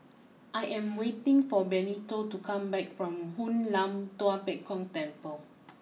I am waiting for Benito to come back from Hoon Lam Tua Pek Kong Temple